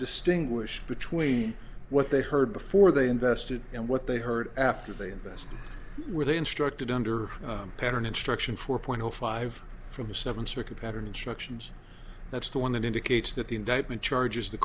distinguish between what they heard before they invested and what they heard after they invest where they instructed under pattern instruction four point zero five from the seventh circuit pattern instructions that's the one that indicates that the indictment charges the